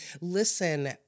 Listen